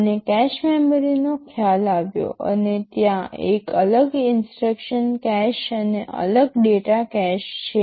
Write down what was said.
અને કેશ મેમરીનો ખ્યાલ આવ્યો અને ત્યાં એક અલગ ઇન્સટ્રક્શન કેશ અને અલગ ડેટા કેશ છે